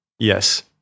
yes